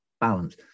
balance